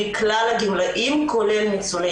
שלנו אנחנו מסדירים מסלול ירוק לניצולי